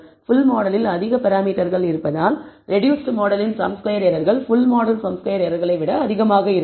full மாடலில் அதிக பராமீட்டர்கள் இருப்பதால் ரெடூஸ்ட் மாடலின் சம் ஸ்கொயர் எரர்கள் ஃபுல் மாடல் சம் ஸ்கொயர் எரர்களை விட அதிகமாக இருக்கும்